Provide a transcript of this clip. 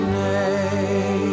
name